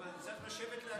שעות,